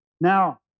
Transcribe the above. now